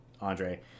Andre